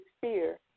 fear